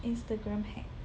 Instagram hack